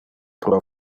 pro